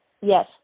Yes